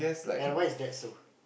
and why is that so